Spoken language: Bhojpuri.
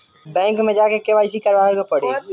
बैक मे जा के के.वाइ.सी करबाबे के पड़ी?